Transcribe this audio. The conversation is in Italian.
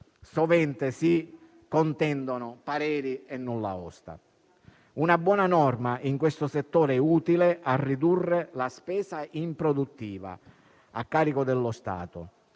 sovente si contendono pareri e nulla osta. Una buona norma in questo settore è utile a ridurre la spesa improduttiva a carico dello Stato